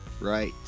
Right